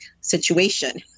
situation